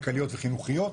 כלכליות וחינוכיות,